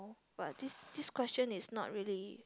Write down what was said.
but this this question is not really